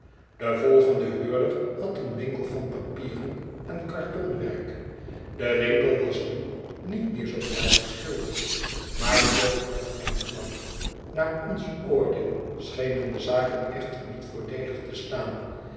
de volgende huurder had een winkel van papieren en kartonwerk de winkel wasnu niet meer zoo fraai geschilderd maar toch net en knap naar ons oordeel schenen de zaken echter niet voordeelig te staan